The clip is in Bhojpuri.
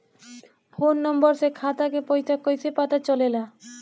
फोन नंबर से खाता के पइसा कईसे पता चलेला?